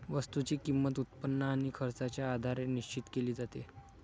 वस्तूची किंमत, उत्पन्न आणि खर्चाच्या आधारे निश्चित केली जाते